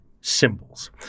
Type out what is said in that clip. symbols